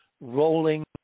rolling